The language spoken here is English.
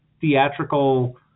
theatrical